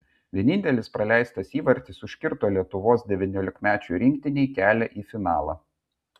vienintelis praleistas įvartis užkirto lietuvos devyniolikmečių rinktinei kelią į finalą